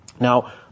Now